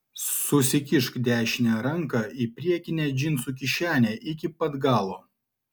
susikišk dešinę ranką į priekinę džinsų kišenę iki pat galo